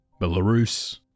Belarus